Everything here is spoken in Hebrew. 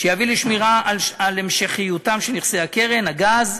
שיביא לשמירה על המשכיותם של נכסי הקרן, הגז,